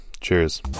Cheers